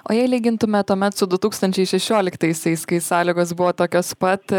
o jei lygintume tuomet su du tūkstančiai šešioliktaisiais kai sąlygos buvo tokios pat